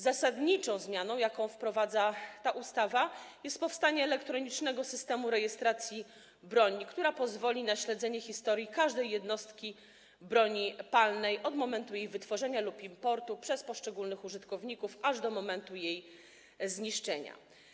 Zasadniczą zmianą, jaką wprowadza ta ustawa, jest utworzenie elektronicznego Systemu Rejestracji Broni, który pozwoli na śledzenie historii każdej jednostki broni palnej od momentu jej wytworzenia lub importu przez poszczególnych użytkowników, aż do momentu jej zniszczenia.